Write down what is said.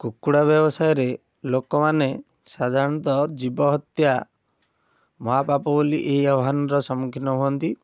କୁକୁଡ଼ା ବ୍ୟବସାୟରେ ଲୋକମାନେ ସାଧାରଣତଃ ଜୀବ ହତ୍ୟା ମହାପାପ ବୋଲି ଏହି ଆହ୍ୱାନର ସମ୍ମୁଖୀନ ହୁଅନ୍ତି